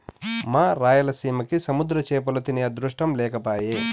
మా రాయలసీమకి సముద్ర చేపలు తినే అదృష్టం లేకపాయె